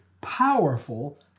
powerful